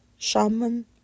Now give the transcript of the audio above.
shaman